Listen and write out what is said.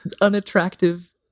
unattractive